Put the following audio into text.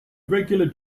regular